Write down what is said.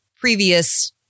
previous